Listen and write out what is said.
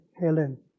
Helen